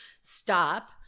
stop